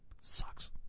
Sucks